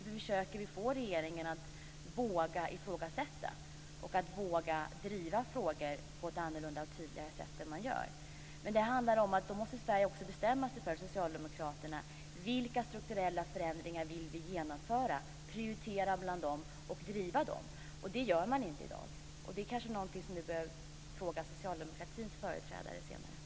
Vi försöker få regeringen att våga ifrågasätta och driva frågor på ett mer annorlunda och tydligare sätt. Men då måste också Sverige och socialdemokraterna bestämma sig för vilka strukturella förändringar de vill genomföra, prioritera bland dem och driva dem. Det gör man inte i dag. Kanske bör Marianne Andersson fråga socialdemokratins företrädare om detta senare.